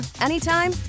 anytime